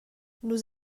nus